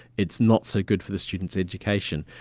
it's not so good for the student's education,